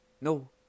No